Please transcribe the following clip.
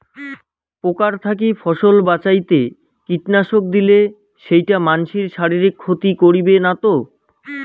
পোকার থাকি ফসল বাঁচাইতে কীটনাশক দিলে সেইটা মানসির শারীরিক ক্ষতি করিবে না তো?